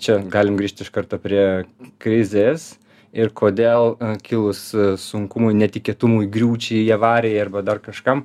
čia galim grįžt iš karto prie krizės ir kodėl kilus sunkumui netikėtumui griūčiai avarijai arba dar kažkam